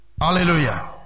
Hallelujah